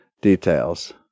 details